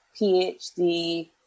PhD